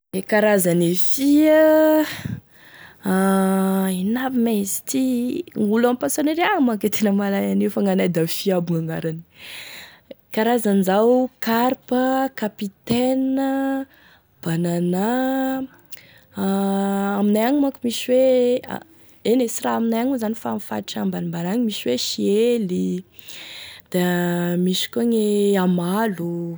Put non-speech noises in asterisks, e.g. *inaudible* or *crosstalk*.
Gne karazane fia *hesitation* ino aby mein izy ty olo ame poissonerie agny manko e tena mahay an'io fa gn'anay da fia aby gn'agnarany, e karzany zao carpe, capitaine, banana aaaa aminay agny manko misy hoe *hesitation* eny e sy raha aminay agny moa zany fa amin'ny faritry ambanimbany agny misy hoe sihely da misy koa gn'amalo.